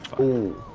oh